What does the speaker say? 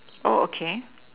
oh okay